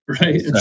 right